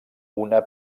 una